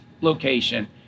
location